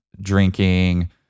drinking